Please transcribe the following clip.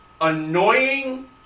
annoying